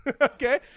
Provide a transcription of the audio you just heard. okay